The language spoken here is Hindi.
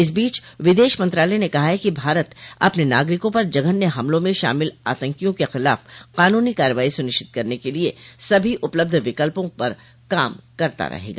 इस बीच विदेश मंत्रालय ने कहा है कि भारत अपने नागरिकों पर जघन्य हमलों में शामिल आतंकियों के खिलाफ कानूनी कार्रवाई सनिश्चित करने के लिए सभी उपलब्ध विकल्पों पर काम करता रहेगा